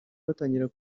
batangira